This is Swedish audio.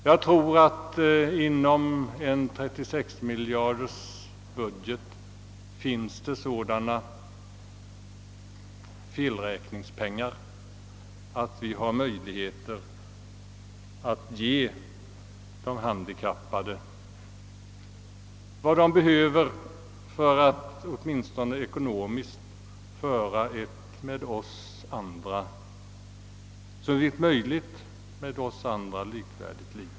Jag tror att det inom en 36-miljardersbudget finns sådana felräkningspengar att vi har möjligheter att ge de handikappade vad de: behöver för att åtminstone ekonomiskt förå ett med oss andra såvitt möjligt likvärdigt liv.